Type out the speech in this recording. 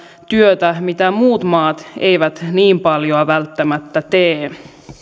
työtä mitä muut maat eivät niin paljon välttämättä tee